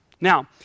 Now